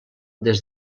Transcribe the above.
des